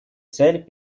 цель